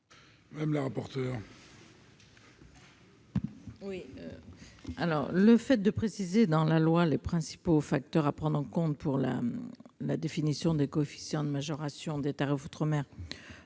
Le fait de préciser dans la loi les principaux facteurs à prendre en compte pour la définition des coefficients de majoration des tarifs outre-mer